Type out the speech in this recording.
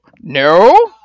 No